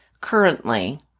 currently